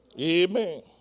Amen